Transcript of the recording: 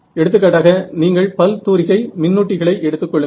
எடுத்துக்காட்டாக நீங்கள் பல் தூரிகை மின்னூட்டிகளை எடுத்துக்கொள்ளுங்கள்